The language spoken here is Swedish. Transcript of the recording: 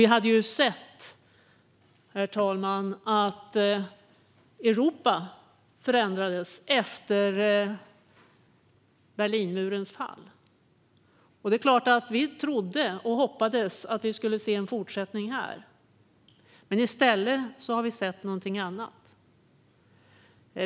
Vi hade sett att Europa förändrades efter Berlinmurens fall. Vi trodde såklart att vi skulle få se en fortsättning här. Men i stället har vi sett något annat.